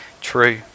true